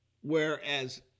Whereas